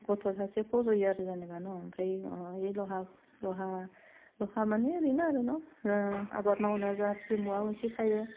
गथ' सासे फज'यो आरो जेनेबा न' ओमफ्राय एक लहा लहा लहा मानि बेनो आरो न' जोङो आबाद मावना जाहाथे माबा मोनसे थायो